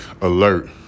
alert